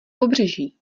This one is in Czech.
pobřeží